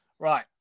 Right